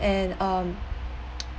and um